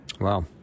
Wow